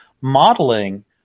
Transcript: modeling